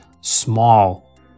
small